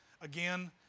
again